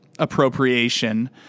appropriation